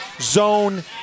zone